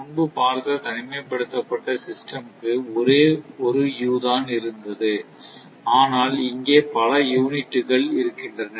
முன்பு பார்த்த தனிமைப்படுத்தப்பட்ட சிஸ்டம் க்கு ஒரே ஒரு u தான் இருந்தது ஆனால் இங்கே பல யூனிட்டுகள் இருக்கின்றன